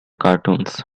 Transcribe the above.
cartoons